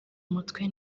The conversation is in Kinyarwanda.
umutwe